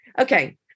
Okay